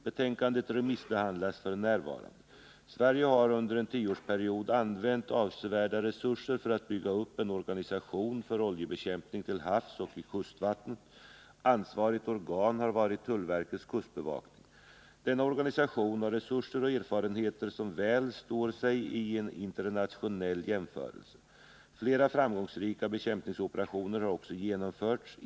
Betänkandet remissbehandlas f. n. Sverige har under en tioårsperiod använt avsevärda resurser för att bygga upp en organisation för oljebekämpning till havs och i kustvattnen. Ansvarigt organ har varit tullverkets kustbevakning. Denna organisation har resurser och erfarenheter som står sig väl vid en internationell jämförelse. Flera framgångsrika bekämpningsoperationer har också genomförts.